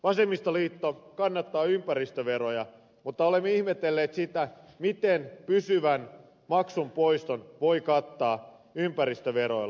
vasemmistoliitto kannattaa ympäristöveroja mutta olemme ihmetelleet sitä miten pysyvän maksun poiston voi kattaa ympäristöveroilla